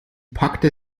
packte